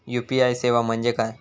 UPI सेवा म्हणजे काय?